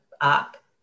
up